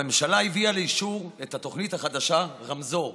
הממשלה הביאה לאישור את התוכנית החדשה "רמזור",